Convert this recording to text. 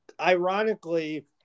ironically